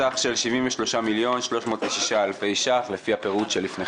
בסך של 73,306 אלפי ש"ח, לפי הפירוט שלפניכם.